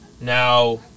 Now